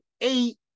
eight